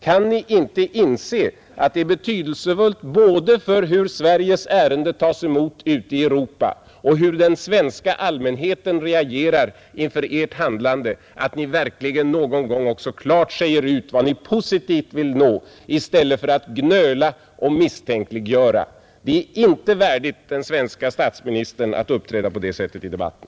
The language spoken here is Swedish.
Kan ni inte inse att det är betydelsefullt för både hur Sveriges ärende tas emot ute i Europa och hur den svenska allmänheten reagerar inför ert handlande att ni verkligen någon gång klart säger ut vad ni positivt vill nå i stället för att gnöla och misstänkliggöra. Det är inte värdigt den svenske statsministern att uppträda på det sättet i debatten.